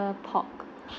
~er pork